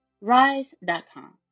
rise.com